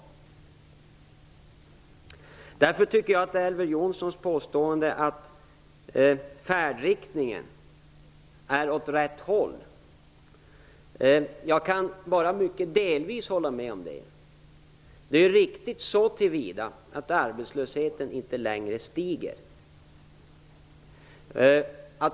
Jag kan därför bara delvis instämma i Elver Jonssons påstående att färdriktningen är den rätta. Det är riktigt så till vida att arbetslösheten inte längre stiger.